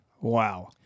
Wow